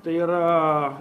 tai yra